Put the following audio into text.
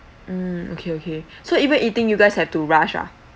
mm okay okay so even eating you guys have to rush uh